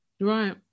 Right